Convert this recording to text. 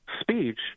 speech